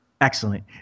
excellent